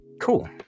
Cool